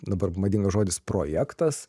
dabar madingas žodis projektas